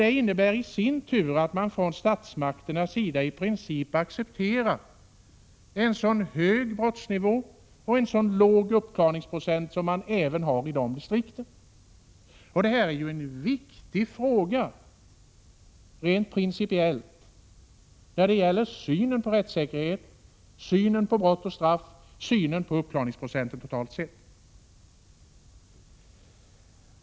Det innebär i sin tur att statsmakterna i princip accepterar en så hög brottsnivå och en så låg uppklaringsprocent som man har i dessa distrikt. Detta är ju en viktig fråga rent principiellt som gäller synen på rättssäkerhet, på brott och straff och på uppklaringsprocenten totalt sett.